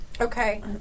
Okay